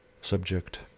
subject